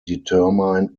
determined